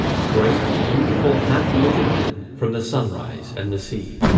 great, beautiful half-witted men from the sunrise and the sea.